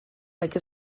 like